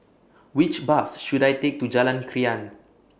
Which Bus should I Take to Jalan Krian